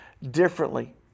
differently